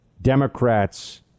Democrats